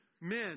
men